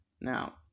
Now